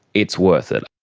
it's worth it.